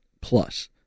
plus